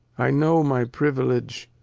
i know my privilege,